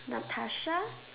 Natasha